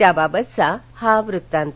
त्याबाबतचा हा वृत्तांत